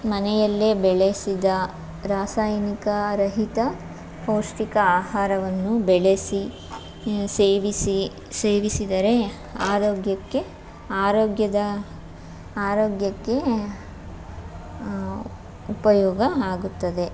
ಮನೆಯಲ್ಲೇ ಬೆಳೆಸಿದ ರಾಸಾಯನಿಕ ರಹಿತ ಪೌಷ್ಟಿಕ ಆಹಾರವನ್ನು ಬೆಳೆಸಿ ಸೇವಿಸಿ ಸೇವಿಸಿದರೆ ಆರೋಗ್ಯಕ್ಕೆ ಆರೋಗ್ಯದ ಆರೋಗ್ಯಕ್ಕೆ ಉಪಯೋಗ ಆಗುತ್ತದೆ